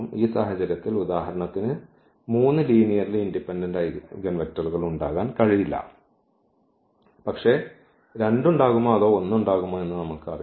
ഈ സാഹചര്യത്തിൽ ഉദാഹരണത്തിന് മൂന്ന് ലീനിയർലി ഇൻഡിപെൻഡന്റ് ഐഗൻവെക്റ്ററുകൾ ഉണ്ടാകാൻ കഴിയില്ല പക്ഷേ 2 ഉണ്ടാകുമോ അതോ 1 ഉണ്ടാകുമോ എന്ന് നമ്മൾക്ക് അറിയില്ല